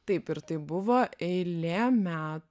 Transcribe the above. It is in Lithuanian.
taip ir tai buvo eilė me